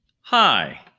hi